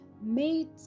made